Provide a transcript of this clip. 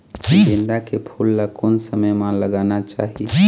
गेंदा के फूल ला कोन समय मा लगाना चाही?